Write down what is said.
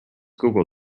google